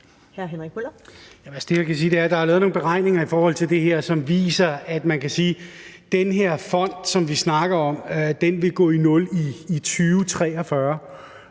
der er lavet nogle beregninger i forhold til det her, som viser, at den her fond, som vi snakker om, vil gå i nul i 2043.